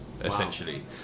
essentially